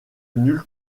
nul